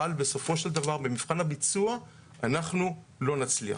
אבל בסופו של דבר במבחן הביצוע אנחנו לא נצליח.